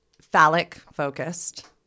phallic-focused